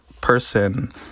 person